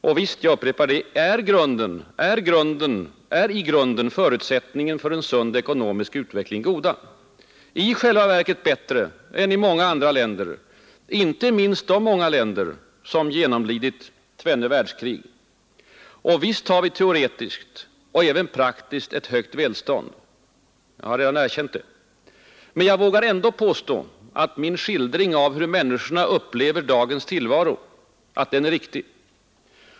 Och visst är i grunden — jag upprepar det — förutsättningen för en sund ekonomisk utveckling god, i själva verket bättre än i många andra länder, inte minst de många länder som genomlidit tvenne världskrig. Och visst har vi teoretiskt och även praktiskt ett högt välstånd — jag har redan erkänt det. Men jag vågar ändå påstå, att min skildring av hur människorna upplever dagens tillvaro är riktig.